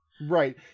Right